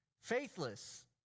Faithless